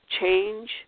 change